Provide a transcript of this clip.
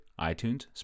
iTunes